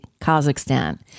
Kazakhstan